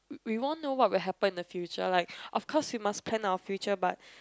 we won't know what will happen in the future like of course we must plan our future but